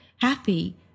happy